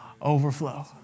overflow